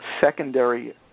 secondary